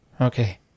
Okay